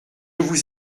vous